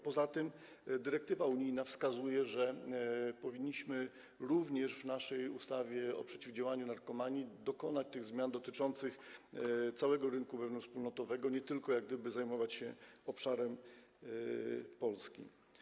Poza tym dyrektywa unijna wskazuje, że powinniśmy w naszej ustawie o przeciwdziałaniu narkomanii dokonać zmian dotyczących całego rynku wewnątrzwspólnotowego, nie tylko zajmować się obszarem polskim.